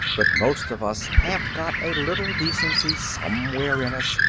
but most of us have got a little decency somewhere in us.